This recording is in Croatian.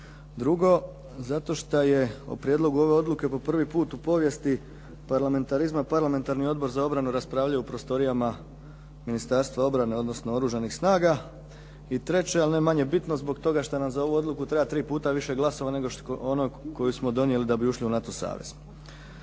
Drugo, zato što je u prijedlogu ove odluke po prvi put u povijesti parlamentarizma, parlamentarni odbor za obranu raspravljao u prostorijama Ministarstva obrane, odnosno Oružanih snaga. I treće, ali ne manje bitno zbog toga šta nam za ovu odluku treba tri puta više glasova ne za onu koju smo donijeli da bi ušli u NATO savez.